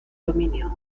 dominio